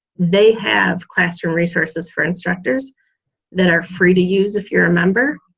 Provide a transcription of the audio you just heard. they have classroom resources for instructors that are free to use if you're a member,